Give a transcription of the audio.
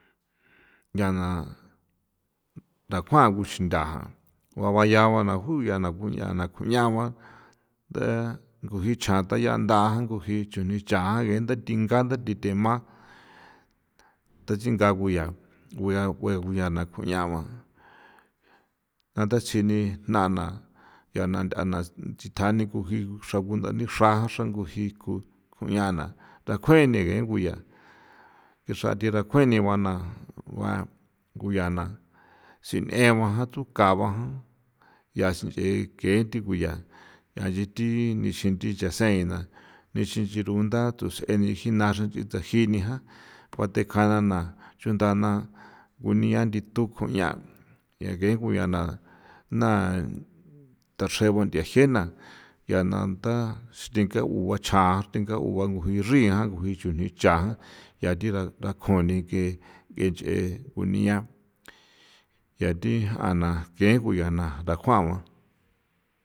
Ncha na tha kjuago kuxintha ko ja ba ncha baa ko yaa nguñao ba ko icha jiranthaba chunda tjsejinga ko yaa nguñao ntha dachini yaa naa thi thanii xra kundanixra xran ko jii ko ñana kjuene kain ko yaa ko yaa naa xra thi dakjue ni ko yaa naa sine ba ja yaa sinchee ke thi ko yaa ncha thi nixinxi thi ruguntha nixi xra tho jini na xra chuntha na kunia thi thu kuñao nche kein ko yaa dachre na nyha jee yaa na tha sinkee u yua chjan u the kje ba u jiri jan icha yaa thi dakuni ke nchee kunia nya thi jaana kein ko ya dakuguan.